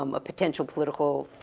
um a potential political,